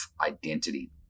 identity